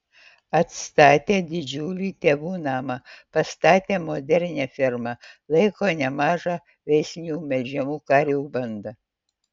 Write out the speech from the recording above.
atstatė didžiulį tėvų namą pastatė modernią fermą laiko nemažą veislinių melžiamų karvių bandą